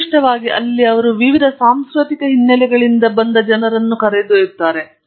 ವಿಶಿಷ್ಟವಾಗಿ ಅಲ್ಲಿ ಅವರು ವಿವಿಧ ಸಾಂಸ್ಕೃತಿಕ ಹಿನ್ನೆಲೆಗಳಿಂದ ಜನರನ್ನು ಕರೆದೊಯ್ಯುತ್ತಾರೆ